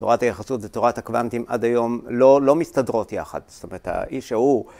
‫תורת היחסות ותורת הקוונטים ‫עד היום לא מסתדרות יחד. ‫זאת אומרת, האיש ההוא...